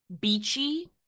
beachy